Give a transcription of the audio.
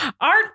Art